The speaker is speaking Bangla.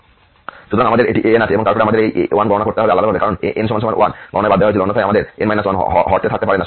সুতরাং আমাদের এটি an আছে এবং তারপরে আমাদের এই a1 গণনা করতে হবে আলাদাভাবে কারণ n 1 গণনায় বাদ দেওয়া হয়েছিল অন্যথায় আমাদের হরতে থাকতে পারে না